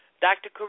Dr